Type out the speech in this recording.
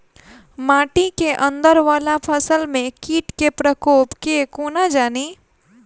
माटि केँ अंदर वला फसल मे कीट केँ प्रकोप केँ कोना जानि?